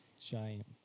giant